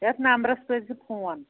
یَتھ نمبرَس کٔرۍزِ فون